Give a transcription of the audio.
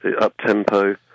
up-tempo